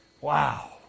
Wow